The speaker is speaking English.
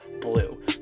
BLUE